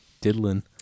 diddling